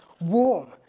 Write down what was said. warm